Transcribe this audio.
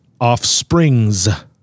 offsprings